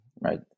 right